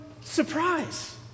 surprise